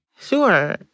Sure